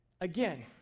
Again